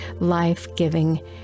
life-giving